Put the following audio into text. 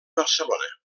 barcelona